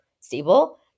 stable